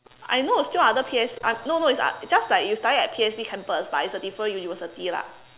I know still other P_S I no no it's oth~ just like you study at P_S_B campus but it's a different university lah